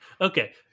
Okay